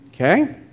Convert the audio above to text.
okay